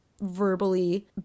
verbally